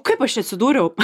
kaip aš čia atsidūriau